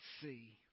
see